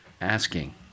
asking